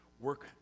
work